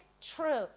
truth